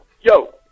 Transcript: yo